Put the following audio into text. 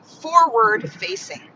forward-facing